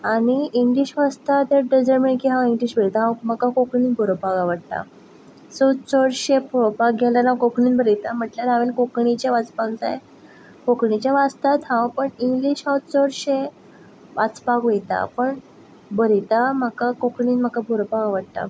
आनी इंग्लीश वाचता but doesn't mean की हांव इंग्लीश बरयता हांव म्हाका कोंकणीन बोरोवपाक आवडटा सो चडशें हांव पळोवपाक गेलें जाल्यार हांव कोंकणीन बरयता म्हटल्यार हांवेन कोंकणीचें वाचपाक जाय कोंकणीचें वाचतात हांव बट इंग्लीश चडशें वाचपाक वयता पण बरयता म्हाका कोंकणीन बोरोवपाक आवडटा